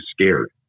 scared